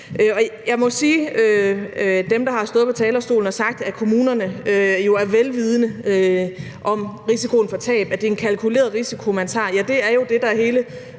dem, der har stået på talerstolen og sagt, at kommunerne jo er vidende om risikoen for tab, og at det er en kalkuleret risiko, man tager,